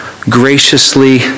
graciously